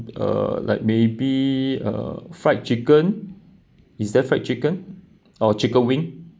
uh like maybe uh fried chicken is there fried chicken or chicken wing